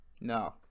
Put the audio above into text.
no